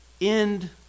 end